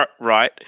right